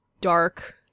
dark